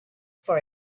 for